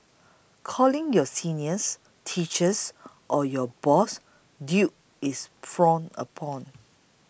calling your seniors teachers or your boss dude is frowned upon